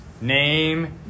Name